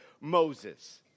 Moses